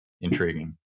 intriguing